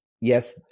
yes